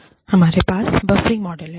हमारे पास buffering model है